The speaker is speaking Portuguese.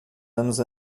anos